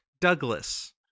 Douglas